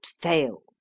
fail